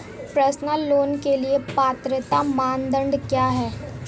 Personal loan के लिए पात्रता मानदंड क्या हैं?